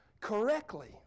correctly